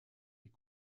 est